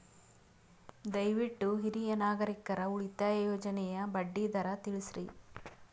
ದಯವಿಟ್ಟು ಹಿರಿಯ ನಾಗರಿಕರ ಉಳಿತಾಯ ಯೋಜನೆಯ ಬಡ್ಡಿ ದರ ತಿಳಸ್ರಿ